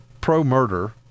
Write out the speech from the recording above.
pro-murder